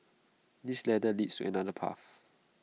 this ladder leads to another path